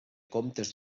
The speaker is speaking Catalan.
comtes